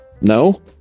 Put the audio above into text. No